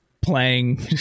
Playing